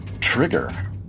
Trigger